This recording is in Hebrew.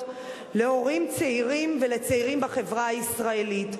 להורים צעירים ולצעירים בחברה הישראלית,